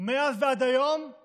ומאז ועד היום הוא